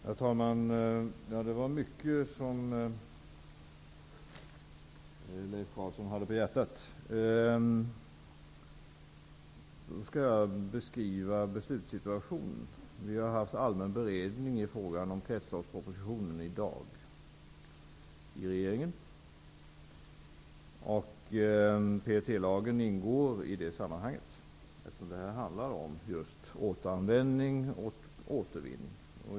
Herr talman! Det var mycket som Leif Carlson hade på hjärtat. Jag skall beskriva beslutssituationen. Vi har i regeringen i dag haft en allmän beredning i frågan om kretsloppspropositionen. PET-lagen ingår i det sammanhanget, eftersom det handlar just om återanvändning och återvinning.